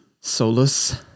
solus